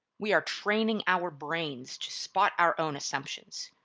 we are training our brains to spot our own assumptions.